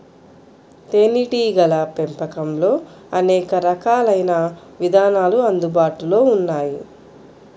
తేనీటీగల పెంపకంలో అనేక రకాలైన విధానాలు అందుబాటులో ఉన్నాయి